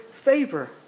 favor